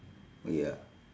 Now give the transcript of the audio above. ya